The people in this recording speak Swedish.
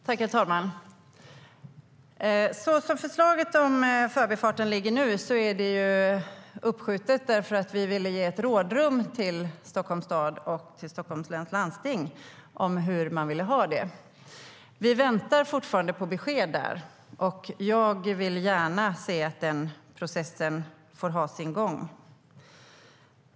Herr talman! Så som förslaget om Förbifarten ligger nu är det uppskjutet för att vi ville ge ett rådrum till Stockholms stad och Stockholms läns landsting om hur man vill ha det. Vi väntar fortfarande på besked. Vi vill gärna se att den processen får ha sin gång.